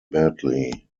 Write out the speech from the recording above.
badly